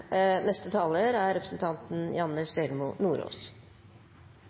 Første taler er representanten